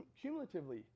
cumulatively